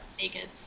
naked